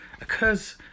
occurs